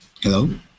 Hello